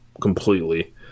completely